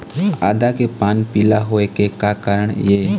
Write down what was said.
आदा के पान पिला होय के का कारण ये?